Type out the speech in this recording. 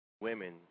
women